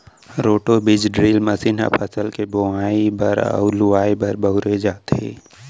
roto बीज drill machine ह फसल के बोवई बर अउ लुवाई बर बउरे जाथे